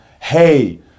hey